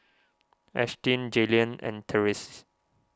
Ashtyn Jaylen and therese's